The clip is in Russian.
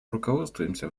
руководствуемся